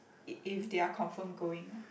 if they are confirm going